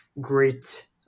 great